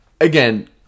again